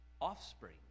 Offspring